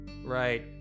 Right